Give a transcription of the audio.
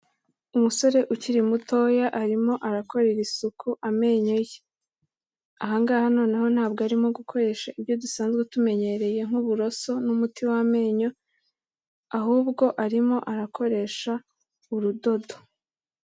Umusore ukiri mutoya arimo arakorera isuku amenyo ye. Aha ngaha noneho ntabwo arimo gukoresha ibyo dusanzwe tumenyereye nk'uburoso n'umuti w'amenyo, ahubwo arimo arakoresha urudodo.